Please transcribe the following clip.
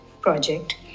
project